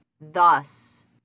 thus